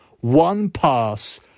one-pass